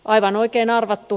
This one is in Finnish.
aivan oikein arvattu